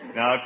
Now